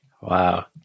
Wow